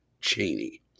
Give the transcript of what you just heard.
Cheney